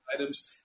items